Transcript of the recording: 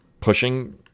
pushing